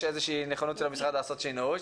איזה שהיא נכונות של משרד הבריאות לעשות שינוי,